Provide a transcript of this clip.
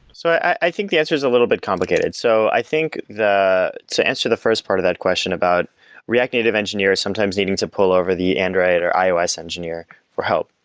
so i think the answer is a little bit complicated. so i think, to answer the first part of that question about react native engineers sometimes needing to pull over the android or ios engineer for help.